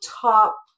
top